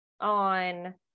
on